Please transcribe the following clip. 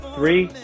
Three